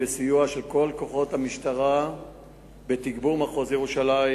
בסיוע כל כוחות המשטרה בתגבור מחוז ירושלים,